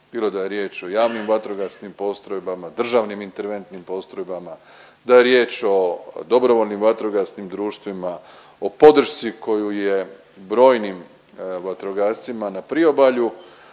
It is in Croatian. bilo da je riječ o javnim vatrogasnim postrojbama, državnim interventnim postrojbama, da je riječ o DVD-ima, o podršci koju je brojnim vatrogascima na priobalju